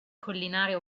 collinare